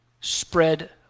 spread